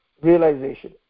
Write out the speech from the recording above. realization